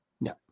No